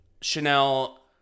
Chanel